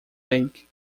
league